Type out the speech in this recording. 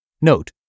Note